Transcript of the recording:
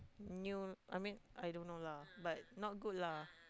new I mean I don't know lah but not good lah